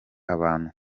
abantu